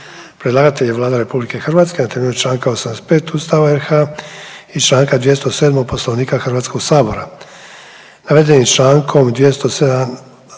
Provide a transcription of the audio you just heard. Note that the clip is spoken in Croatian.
Predlagatelj je Vlada RH na temelju čl. 85. Ustava RH i čl. 207. Poslovnika Hrvatskog sabora.